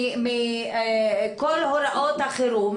מכל הוראות החירום,